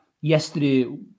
yesterday